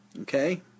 Okay